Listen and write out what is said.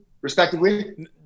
respectively